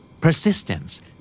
Persistence